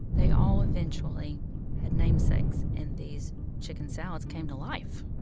they all eventually had namesakes. and these chicken salads came to life